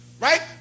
Right